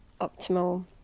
optimal